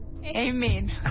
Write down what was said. Amen